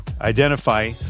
identify